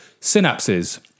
synapses